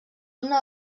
una